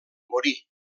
morí